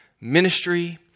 ministry